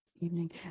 Evening